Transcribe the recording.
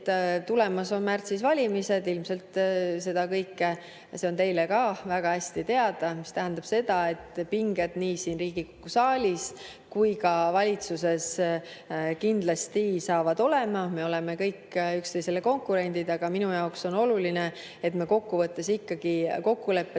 märtsis on tulemas valimised, ilmselt see on teile ka väga hästi teada. See tähendab seda, et pinged nii siin Riigikogu saalis kui ka valitsuses kindlasti saavad olema, me oleme kõik üksteisele konkurendid. Minu jaoks on oluline, et me kokkuvõttes ikkagi kokkulepetele,